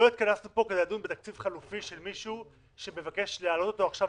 לא התכנסנו כדי לדון בתקציב חלופי של מישהו שמבקש להעלות עכשיו,